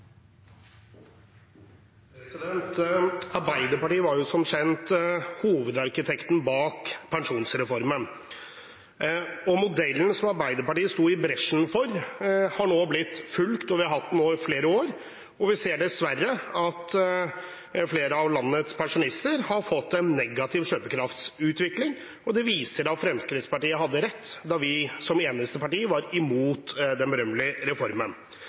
Arbeiderpartiet var som kjent hovedarkitekten bak pensjonsreformen. Modellen som Arbeiderpartiet sto i bresjen for, har blitt fulgt, og vi har nå hatt den i flere år. Vi ser dessverre at flere av landets pensjonister har fått en negativ kjøpekraftsutvikling. Det viser at Fremskrittspartiet hadde rett, da vi som eneste parti var imot den berømmelige reformen.